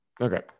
Okay